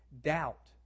doubt